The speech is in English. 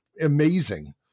amazing